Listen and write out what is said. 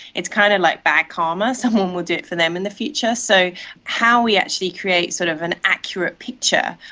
it's kind of like a bad karma, someone will do it for them in the future. so how we actually create sort of an accurate picture,